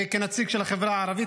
וכנציג של החברה הערבית,